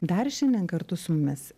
dar šiandien kartu su mumis